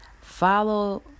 Follow